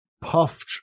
puffed